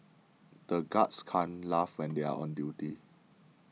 the guards can't laugh when they are on duty